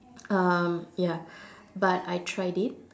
um ya but I tried it